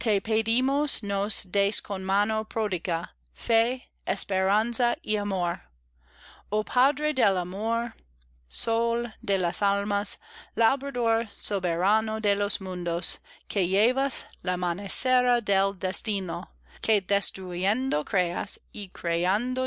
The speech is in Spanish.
esperanza y amor i oh padre del amor sol de las almas labrador soberano de los mundos que llevas la mancera del destino que destruyendo creas y